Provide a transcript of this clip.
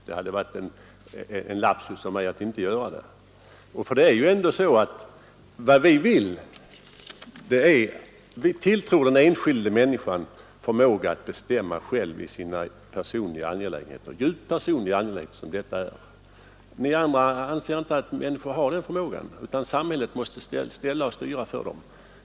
Det hade varit en lapsus av mig att inte göra det. Vi tilltror den enskilda människan förmågan att bestämma själv i sina personliga angelägenheter — djupt personliga angelägenheter som det här är fråga om. Men ni andra anser inte att människor har den förmågan, utan samhället måste ställa och styra för dem.